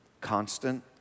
constant